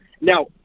Now